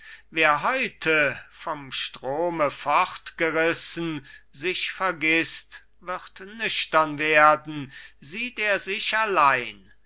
wer heute vom strome fortgerissen sich vergißt wird nüchtern werden sieht er sich allein